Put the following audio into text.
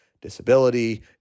disability